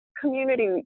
community